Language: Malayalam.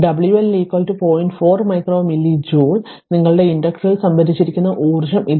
അതിനാൽ നിങ്ങളുടെ ഇൻഡക്റ്ററിൽ സംഭരിച്ചിരിക്കുന്ന ഊർജ്ജം ഇതാണ്